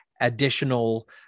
additional